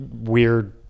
weird